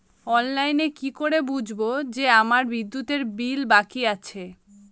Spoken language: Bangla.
অনলাইনে কি করে বুঝবো যে আমার বিদ্যুতের বিল বাকি আছে?